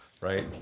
right